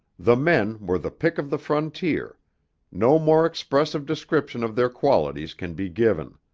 the men were the pick of the frontier no more expressive description of their qualities can be given.